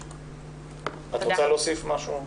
את רוצה להוסיף משהו?